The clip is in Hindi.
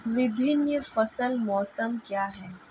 विभिन्न फसल मौसम क्या हैं?